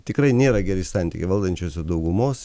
tikrai nėra geri santykiai valdančiosios daugumos